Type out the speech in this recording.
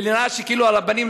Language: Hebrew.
ונראה שכאילו הרבנים,